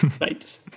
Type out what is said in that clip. right